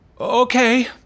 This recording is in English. Okay